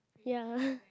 ya